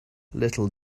little